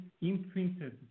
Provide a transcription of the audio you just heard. imprinted